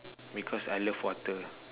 because I love water